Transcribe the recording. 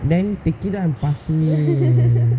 then pick it up and pass me